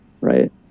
right